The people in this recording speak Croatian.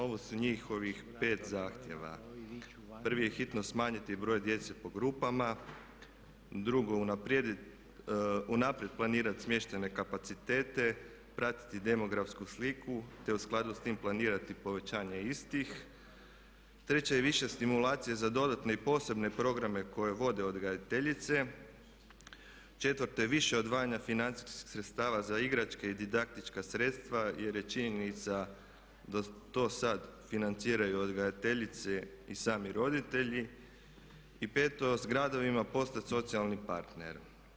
Ovo su njihovih pet zahtjeva: 1.je hitno smanjiti broj djece po grupama, 2.unaprijed planirati smještajne kapacitete, pratiti demografsku sliku te u skladu s tim planirati povećanje istih, 3.je više stimulacije za dodatne i posebne programe koje vode odgajateljice, 4.je više odvajanja financijskih sredstava za igračke i didaktička sredstva jer je činjenica da to sad financiraju odgajateljice i sami roditelji i 5.s gradovima postati socijalni partner.